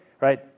right